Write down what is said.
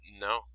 No